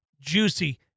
juicy